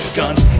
guns